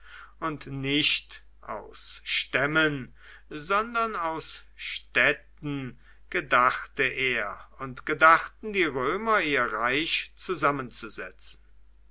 und nicht aus stämmen sondern aus städten gedachte er und gedachten die römer ihr reich zusammenzusetzen